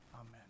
Amen